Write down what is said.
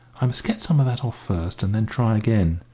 i must get some of that off first, and then try again,